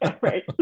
Right